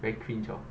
very cringe of